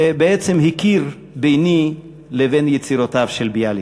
ובעצם הכיר ביני לבין יצירותיו של ביאליק.